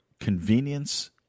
convenience